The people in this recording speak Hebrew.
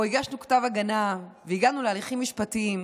הגשנו כתב הגנה והגענו להליכים משפטיים,